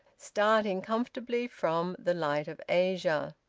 starting comfortably from the light of asia.